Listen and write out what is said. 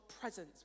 presence